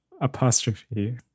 apostrophe